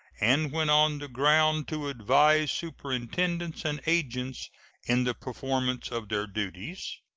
and when on the ground to advise superintendents and agents in the performance of their duties.